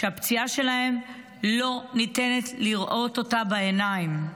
שאת הפציעה שלהם לא ניתן לראות בעיניים.